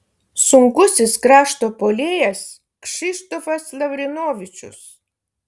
sunkusis krašto puolėjas kšištofas lavrinovičius